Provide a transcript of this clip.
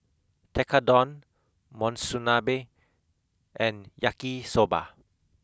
Tekkadon Monsunabe and Yaki Soba